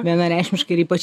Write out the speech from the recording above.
vienareikšmiškai ir ypač ypač